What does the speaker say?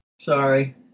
Sorry